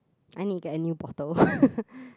I need get a new bottle